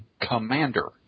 commander